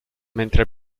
mentre